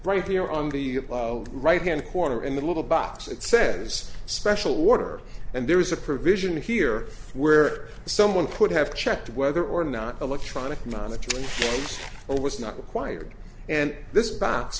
right here on the right hand corner and the little box it says special water and there is a provision here where someone put have checked whether or not electronic monitoring was not required and this box